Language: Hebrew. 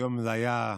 היום זאת הייתה הכותרת,